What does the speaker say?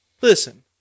listen